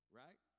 right